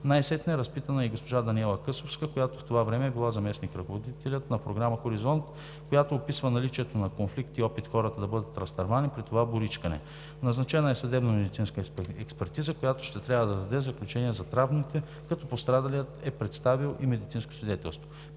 Най-сетне е разпитана и госпожа Даниела Късовска, която по това време е била заместник на ръководителя на програма „Хоризонт“, която описва наличието на конфликт и опит хората да бъдат разтървани при това боричкане. Назначена е съдебно-медицинска експертиза, която ще трябва да даде заключение за травмите, като пострадалият е представил и медицинско свидетелство.